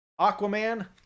Aquaman